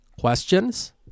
Questions